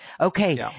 Okay